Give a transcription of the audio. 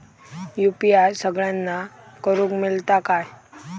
UPI सगळ्यांना करुक मेलता काय?